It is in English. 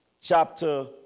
chapter